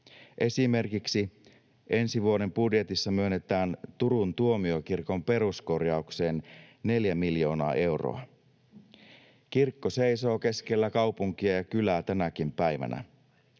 ilonaiheita. Ensi vuoden budjetissa myönnetään esimerkiksi Turun tuomiokirkon peruskorjaukseen neljä miljoonaa euroa. Kirkko seisoo keskellä kaupunkia ja kylää tänäkin päivänä.